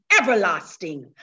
everlasting